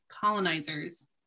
colonizers